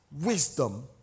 wisdom